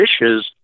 dishes